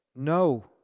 No